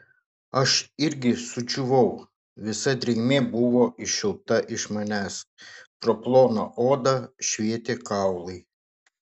aš irgi sudžiūvau visa drėgmė buvo iščiulpta iš manęs pro ploną odą švietė kaulai